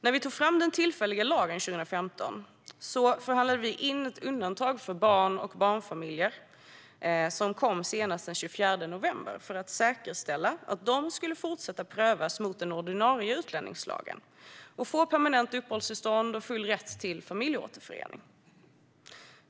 När vi tog fram den tillfälliga lagen 2015 förhandlade vi in ett undantag för barn och barnfamiljer som kom senast den 24 november för att säkerställa att de skulle fortsätta att prövas mot den ordinarie utlänningslagen och få permanenta uppehållstillstånd och full rätt till familjeåterförening.